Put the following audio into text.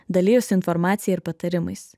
dalijosi informacija ir patarimais